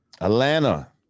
Atlanta